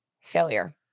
failure